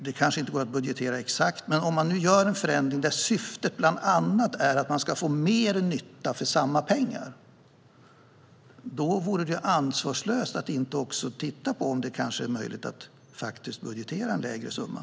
Det kanske inte går att budgetera exakt, men om man nu gör en förändring där syftet bland annat är att man ska få mer nytta för samma pengar vore det ju ansvarslöst att inte också titta på om det kanske är möjligt att faktiskt budgetera en mindre summa.